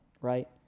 right